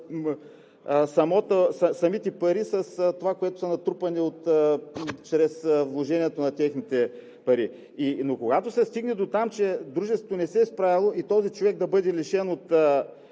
самите пари с това, което е натрупано чрез вложенията на техните пари. Но когато се стигне дотам, че дружеството не се е справило и този човек да бъде лишен от